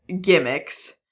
gimmicks